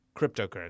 cryptocurrency